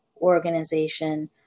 organization